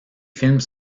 films